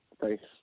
Thanks